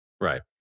right